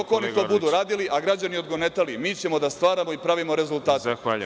Dok oni to budu radili, a građani odgonetali, mi ćemo da stvaramo i pravimo rezultate.